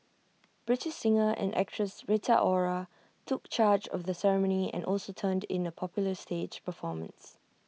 British singer and actress Rita Ora took charge of the ceremony and also turned in A popular stage performance